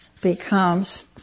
becomes